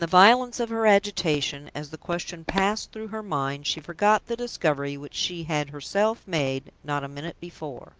in the violence of her agitation, as the question passed through her mind, she forgot the discovery which she had herself made not a minute before.